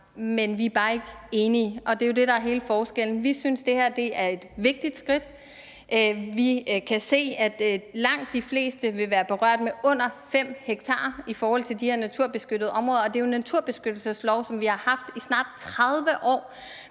men vi er bare ikke enige, og det er jo det, der er hele forskellen. Vi synes, det her er et vigtigt skridt. Vi kan se, at langt de fleste vil være berørt med under 5 ha i forhold til de her naturbeskyttede områder, og det er jo en naturbeskyttelseslov, som vi har haft i snart 30 år,